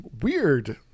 weird